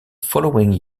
following